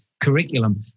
curriculum